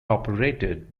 operated